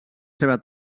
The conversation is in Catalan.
seva